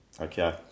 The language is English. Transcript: okay